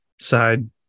side